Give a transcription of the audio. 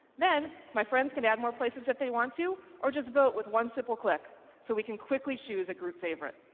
then, my friends can add more places that they want to, or just vote with one simple click so we can quickly choose a group favorite.